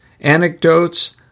anecdotes